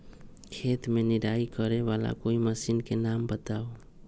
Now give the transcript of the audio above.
खेत मे निराई करे वाला कोई मशीन के नाम बताऊ?